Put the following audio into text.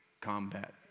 combat